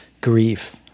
grief